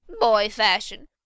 Boy-fashion